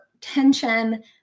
tension